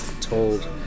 told